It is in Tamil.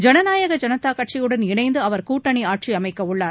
ஜனநாயக ஜனதா கட்சியுடன் இணைந்து அவர் கூட்டணி ஆட்சி அமைக்க உள்ளார்